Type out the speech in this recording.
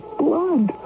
blood